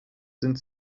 sind